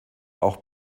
auch